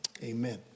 amen